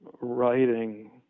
writing